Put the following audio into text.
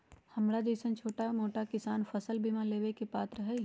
हमरा जैईसन छोटा मोटा किसान फसल बीमा लेबे के पात्र हई?